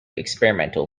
experimental